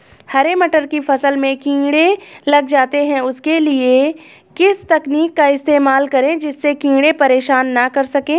हरे मटर की फसल में कीड़े लग जाते हैं उसके लिए किस तकनीक का इस्तेमाल करें जिससे कीड़े परेशान ना कर सके?